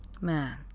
man